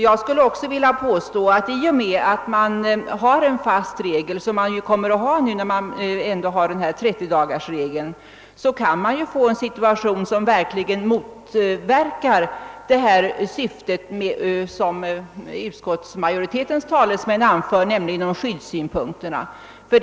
Jag vill också påstå att i och med att vi har denna fasta regel om 30 dagar, kan det uppkomma en situation som verkligen motverkar det syfte som utskottsmajoritetens talesmän säger sig ha när de anför skyddssynpunkter.